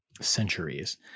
centuries